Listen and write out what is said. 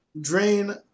drain